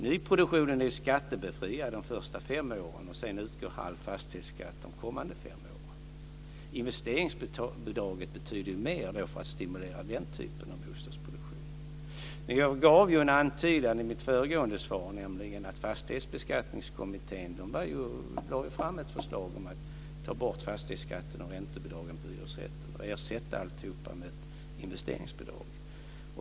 Nyproduktionen är ju skattebefriad under de första fem åren, och sedan utgår halv fastighetsskatt under de kommande fem åren. Invsteringsbidraget betyder ju mer för att stimulera den typen av bostadsproduktion. Jag gav i mitt föregående svar en antydan, nämligen att Fastighetsbeskattningskommittén lade fram ett förslag om att fastighetsskatten och räntebidragen skulle tas bort när det gäller hyresrätter och ersättas med ett investeringsbidrag.